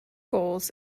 goals